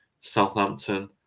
Southampton